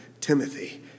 Timothy